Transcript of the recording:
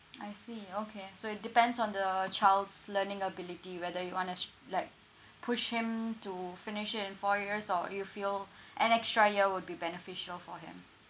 I see okay so it depends on the child's learning ability whether you want to s~ like push him to finish it in four years or you feel an extra year would be beneficial for him